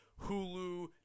Hulu